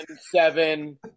seven